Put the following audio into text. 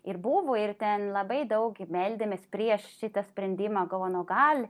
ir buvo ir ten labai daug meldėmės prieš šitą sprendimą galvojom nu gal